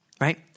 Right